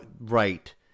Right